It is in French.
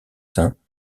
saints